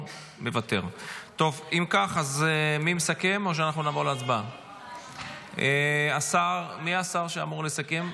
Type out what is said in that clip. אינו נוכח, חברת הכנסת שרן השכל, אינה נוכחת,